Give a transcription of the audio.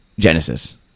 genesis